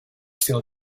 still